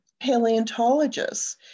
paleontologists